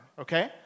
okay